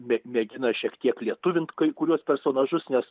mė mė mėgina šiek tiek lietuvint kai kuriuos personažus nes